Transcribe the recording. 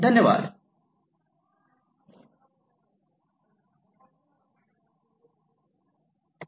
धन्यवाद मी तूमचा आभारी आहे